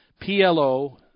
PLO